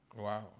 Wow